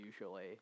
usually